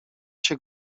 się